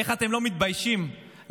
איך אתם לא מתביישים להחזיק